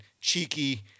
cheeky